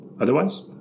Otherwise